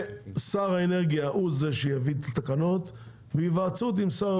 שר האנרגיה הוא זה שיביא את התקנות בהיוועצות עם שר האוצר,